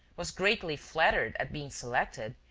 was greatly flattered at being selected,